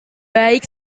baik